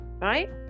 Right